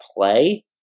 play